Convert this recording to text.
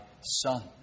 Son